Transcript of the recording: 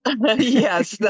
yes